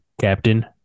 Captain